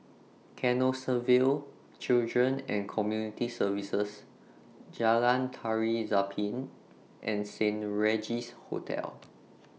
Canossaville Children and Community Services Jalan Tari Zapin and Saint Regis Hotel